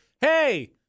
hey